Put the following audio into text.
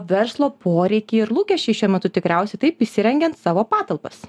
verslo poreikiai ir lūkesčiai šiuo metu tikriausiai taip įsirengiant savo patalpas